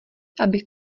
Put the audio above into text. abych